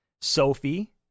Sophie